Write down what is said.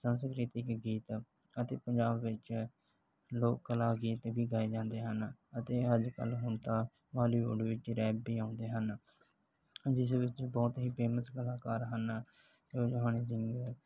ਸੰਸਕ੍ਰਿਤਿਕ ਗੀਤ ਅਤੇ ਪੰਜਾਬ ਵਿੱਚ ਲੋਕ ਕਲਾ ਗੀਤ ਵੀ ਗਾਏ ਜਾਂਦੇ ਹਨ ਅਤੇ ਅੱਜ ਕੱਲ੍ਹ ਹੁਣ ਤਾਂ ਬਾਲੀਵੁੱਡ ਵਿੱਚ ਰੈਪ ਵੀ ਆਉਂਦੇ ਹਨ ਜਿਸ ਵਿੱਚ ਬਹੁਤ ਹੀ ਫੇਮਸ ਕਲਾਕਾਰ ਹਨ ਜੋ ਜੋ ਹਨੀ ਸਿੰਘ